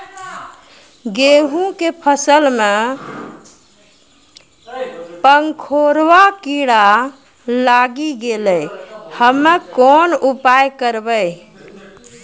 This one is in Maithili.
गेहूँ के फसल मे पंखोरवा कीड़ा लागी गैलै हम्मे कोन उपाय करबै?